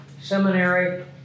Seminary